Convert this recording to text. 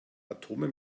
atome